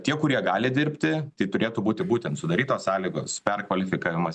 tie kurie gali dirbti tai turėtų būti būtent sudarytos sąlygos perkvalifikavimas